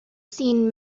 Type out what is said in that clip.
seen